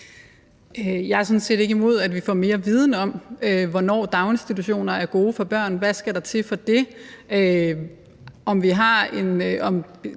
set ikke imod, at vi får mere viden om, hvornår daginstitutioner er gode for børn, hvad der skal til for det,